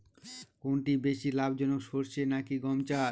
কোনটি বেশি লাভজনক সরষে নাকি গম চাষ?